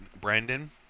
Brandon